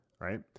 right